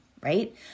right